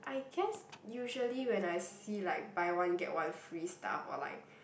I guess usually when I see like buy one get one free stuff or like